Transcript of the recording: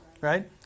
right